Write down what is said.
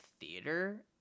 theater